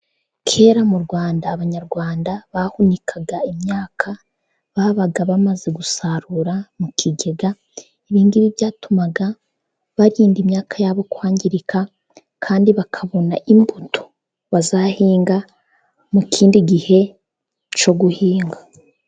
Kera mu Rwanda, Abanyarwanda bahunikaga imyaka babaga bamaze gusarura mu kigega, ibingibi byatumaga barinda imyaka yabo kwangirika, kandi bakabona imbuto bazahinga mu kindi gihe cyo guhinga.